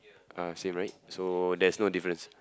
uh is it right so there's no difference